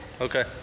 Okay